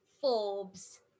Forbes